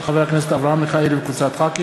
של חבר הכנסת אברהם מיכאלי וקבוצת חברי